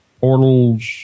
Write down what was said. portals